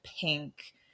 pink